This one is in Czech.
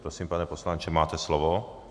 Prosím, pane poslanče, máte slovo.